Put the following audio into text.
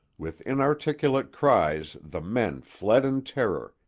with inarticulate cries the men fled in terror,